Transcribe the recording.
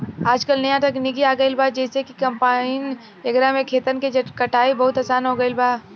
आजकल न्या तकनीक आ गईल बा जेइसे कि कंपाइन एकरा से खेतन के कटाई बहुत आसान हो गईल बा